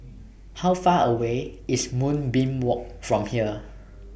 How Far away IS Moonbeam Walk from here